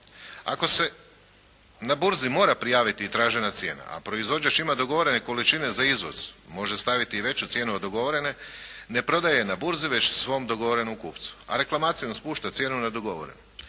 Ako se na burzi mora prijaviti i tražena cijena a proizvođač ima dogovorene količine za izvoz može staviti i veću cijenu od dogovorene. Ne prodaje je na burzi već svom dogovorenom kupcu. A reklamacijom spušta cijenu na dogovorenu.